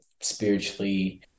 spiritually